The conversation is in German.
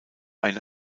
eine